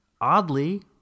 oddly